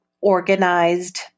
organized